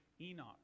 Enoch